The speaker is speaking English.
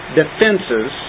defenses